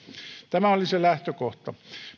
tämä oli se lähtökohta